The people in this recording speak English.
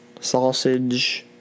sausage